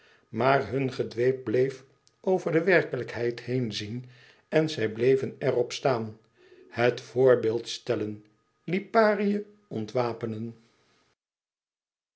maar hun gedweep bleef over de werkelijkheid heenzien en zij bleven er op staan het voorbeeld stellen liparië ontwapenen